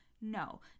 No